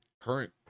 current